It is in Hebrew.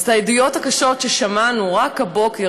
אז את העדויות הקשות ששמענו רק הבוקר,